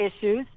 issues